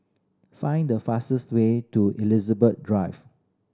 find the fastest way to Elizabeth Drive